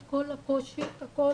הכול.